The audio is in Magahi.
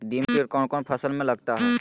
दीमक किट कौन कौन फसल में लगता है?